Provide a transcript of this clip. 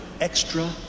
extra